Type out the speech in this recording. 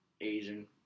Asian